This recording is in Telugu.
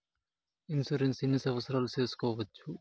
ఇన్సూరెన్సు ఎన్ని సంవత్సరాలకు సేసుకోవచ్చు?